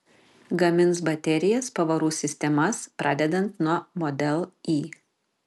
gamins baterijas pavarų sistemas pradedant nuo model y